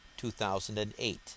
2008